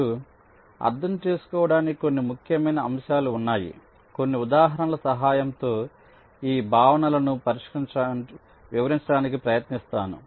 ఇప్పుడు అర్థం చేసుకోవడానికి కొన్ని ముఖ్యమైన అంశాలు ఉన్నాయి కొన్ని ఉదాహరణల సహాయంతో ఈ భావనలను వివరించడానికి ప్రయత్నిస్తాను